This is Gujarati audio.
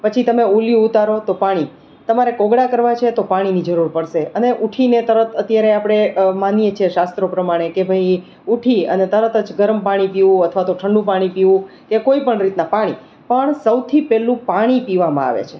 પછી તમે ઉલીયું ઉતારો તો પાણી તમારે કોગળા કરવા છે તો પાણીની જરૂર પડશે અને ઊઠીને તરત અત્યારે આપણે માનીએ કે શાસ્ત્રો પ્રમાણે કે ભાઈ ઉઠી અને તરત જ ગરમ પાણી પીવું અથવા તો ઠંડુ પાણી પીવું કે કોઇપણ રીતના પાણી પણ સૌથી પહેલું પાણી પીવામાં આવે છે